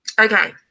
Okay